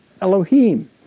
Elohim